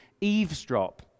eavesdrop